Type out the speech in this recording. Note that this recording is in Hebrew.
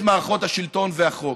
את מערכות השלטון והחוק?